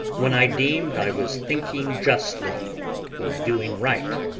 when i deemed i was thinking justly or doing right.